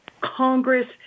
Congress